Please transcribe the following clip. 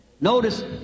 notice